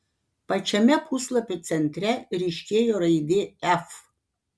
pačiame puslapio centre ryškėjo raidė f